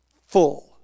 full